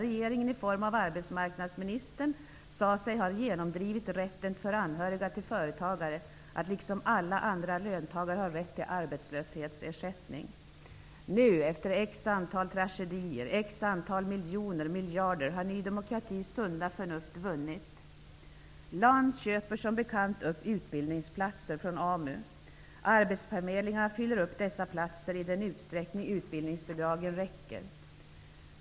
Regeringen, representerad av arbetsmarknadsministern, sade sig ha genomdrivit rätten för anhöriga till företagare att liksom alla andra löntagare få arbetslöshetsersättning. Efter X antal tragedier och X antal miljoner eller miljarder har Ny demokratis sunda förnuft vunnit. LAN köper som bekant upp utbildningsplatser från AMU. Arbetsförmedlingarna fyller upp dessa platser i den utsträckning utbildningsbidragen räcker.